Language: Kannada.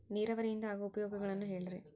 ನೇರಾವರಿಯಿಂದ ಆಗೋ ಉಪಯೋಗಗಳನ್ನು ಹೇಳ್ರಿ